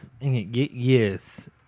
yes